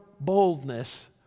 boldness